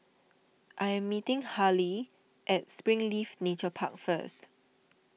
I am meeting Haleigh at Springleaf Nature Park first